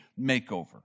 makeover